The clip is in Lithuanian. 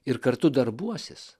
ir kartu darbuosis